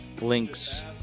links